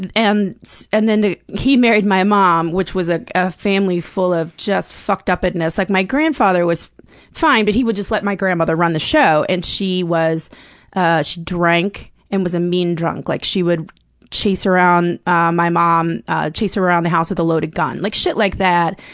and and and then to he married my mom, which was ah a family full of just fucked-up-edness. like, my grandfather was fine, but he would just let my grandmother run the show and she was ah she drank and was a mean drunk, like, she would chase around ah my mom chase her around the house with a loaded gun. like, shit like that,